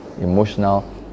emotional